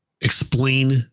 explain